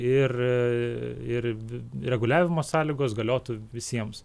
ir ir reguliavimo sąlygos galiotų visiems